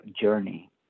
journey